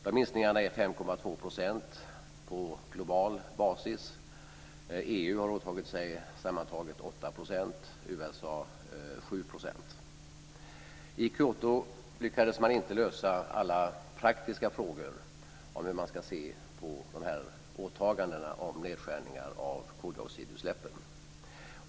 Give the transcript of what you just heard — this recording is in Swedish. De minskningarna är I Kyoto lyckades man inte lösa alla praktiska frågor om hur man ska se på åtagandena att åstadkomma nedskärningar av koldioxidutsläppen.